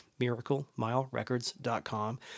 MiracleMileRecords.com